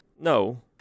no